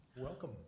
Welcome